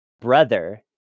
brother